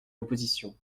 l’opposition